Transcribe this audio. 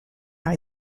and